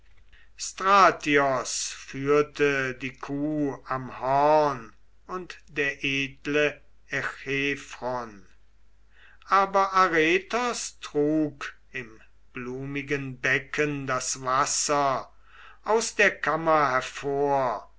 führte die kuh am horn und der edle echephron aber aretos trug im blumigen becken das wasser aus der kammer hervor